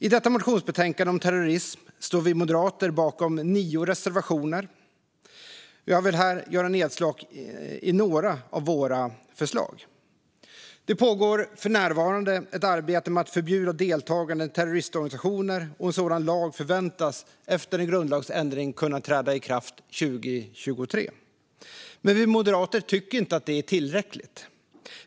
I detta motionsbetänkande om terrorism står vi moderater bakom nio reservationer, och jag ska göra nedslag i några av våra förslag. Det pågår för närvarande ett arbete med att förbjuda deltagande i terroristorganisationer, och en sådan lag förväntas efter grundlagsändring kunna träda i kraft 2023. Vi moderater tycker inte att det är tillräckligt.